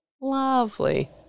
Lovely